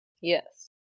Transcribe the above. Yes